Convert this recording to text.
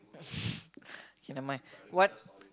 okay nevermind what